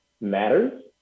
matters